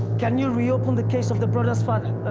can you reopen the case of the brothers' father,